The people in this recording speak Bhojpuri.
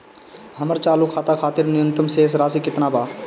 हमर चालू खाता खातिर न्यूनतम शेष राशि केतना बा?